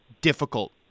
difficult